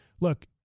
look